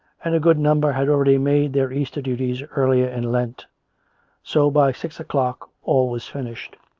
and a good number had already made their easter duties earlier in lent so by six o'clock all was finished.